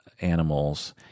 animals